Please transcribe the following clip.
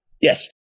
Yes